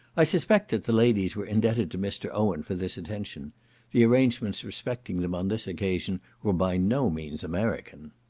i suspect that the ladies were indebted to mr. owen for this attention the arrangements respecting them on this occasion were by no means american.